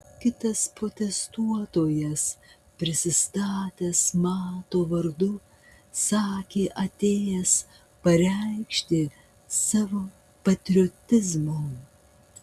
kitas protestuotojas prisistatęs mato vardu sakė atėjęs pareikšti savo patriotizmo